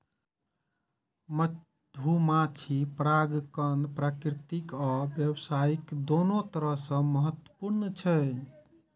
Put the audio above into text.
मधुमाछी परागण प्राकृतिक आ व्यावसायिक, दुनू तरह सं महत्वपूर्ण छै